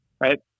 Right